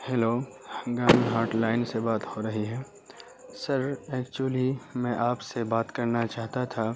hello ہنگامی hotline سے بات ہو رہی ہے سر ایکچولی میں آپ سے بات کرنا چاہتا تھا